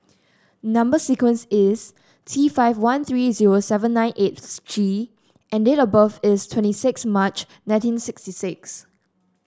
number sequence is T five one three zero seven nine eight G and date of birth is twenty six March nineteen sixty six